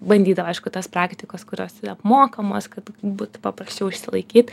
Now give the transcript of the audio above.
bandydavai aišku tas praktikas kurios yra apmokamos kad būtų paprasčiau išsilaikyt